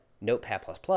Notepad++